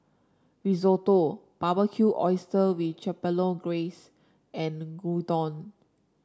Risotto Barbecued Oysters with Chipotle Glaze and Gyudon